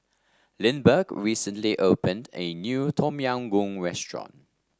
Lindbergh recently opened a new Tom Yam Goong restaurant